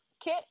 kit